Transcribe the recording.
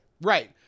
Right